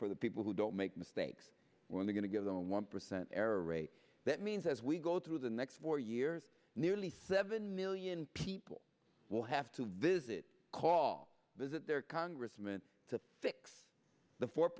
for the people who don't make mistakes when we're going to give them one percent error rate that means as we go through the next four years nearly seven million people will have to visit call visit their congressman to fix the fo